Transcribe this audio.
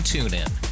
TuneIn